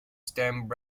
stamp